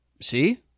see